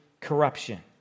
corruption